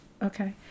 Okay